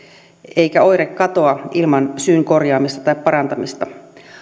eikä oire katoa ilman syyn korjaamista tai parantamista